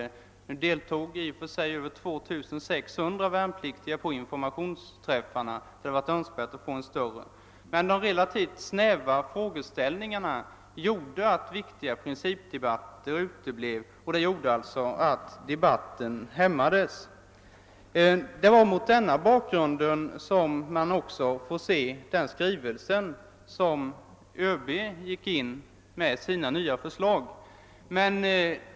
Även om det kom över 2 600 värnpliktiga till informationsträffarna, hade ett större deltagande varit önskvärt. De relativt snäva frågeställningarna gjorde emellertid att viktiga principdebatter uteblev, varigenom diskussionen hämmades. Det är mot denna bakgrund man också får se den skrivelse, i vilken öB lade fram sina förslag.